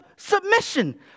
Submission